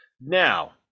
Now